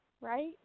right